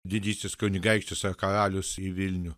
didysis kunigaikštis ar karalius į vilnių